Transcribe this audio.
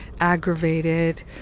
aggravated